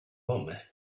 want